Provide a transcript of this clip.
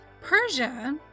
Persia